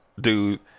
dude